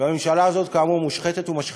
והממשלה הזאת, כאמור, מושחתת ומשחיתה.